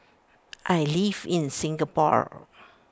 I live in Singapore